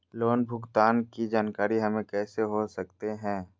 Loan भुगतान की जानकारी हम कैसे हो सकते हैं?